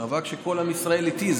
מאבק שכל עם ישראל איתי,